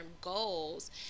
goals